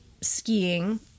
skiing